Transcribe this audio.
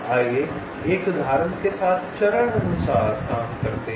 आइए एक उदाहरण के साथ चरणानुसार काम करते हैं